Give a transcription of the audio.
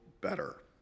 better